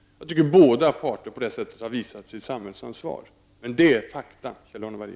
Jag tycker att båda parter på detta sätt har visat sitt samhällsansvar. Men det är fakta, Kjell-Arne